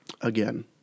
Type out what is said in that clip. Again